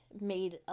made